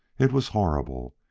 it was horrible.